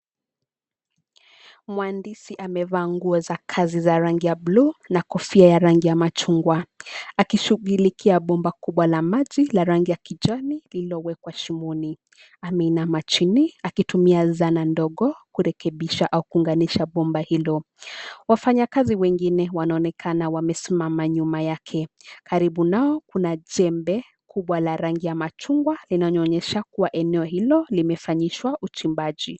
Mhandisi amevaa nguo za kazi za rangi ya buluu na kofia ya rangi ya machungwa, akishugilikia bomba kubwa la maji la rangi ya kijani lillowekwa shimoni. Ameinama chini akitumia zana ndogo kurekebisha au kuunganisha bomba hilo. Wafanya kazi wengine wanaonekana wamesimama nyuma yake. Karibu nao kuna jembe kubwa la rangi ya machungwa linaloonyesha kuwa eneo hilo limefanyishwa uchimbaji.